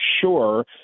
sure